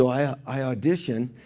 i auditioned.